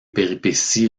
péripéties